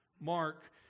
Mark